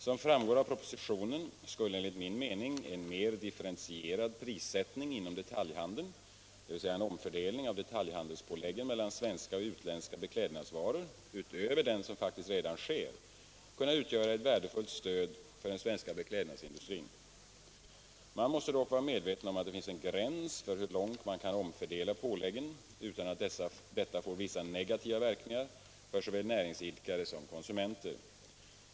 Som framgår av propositionen skulle enligt min mening en mer differentierad prissättning inom detaljhandeln, dvs. en omfördelning av detaljhandelspåläggen mellan svenska och utländska beklädnadsvaror utöver den som faktiskt redan sker, kunna utgöra ett värdefullt stöd för den svenska beklädnadsindustrin. Man måste dock vara medveten om att det finns en gräns för hur långt man kan omfördela påläggen utan att detta får vissa negativa verkningar för såväl näringsidkare som konsumenter.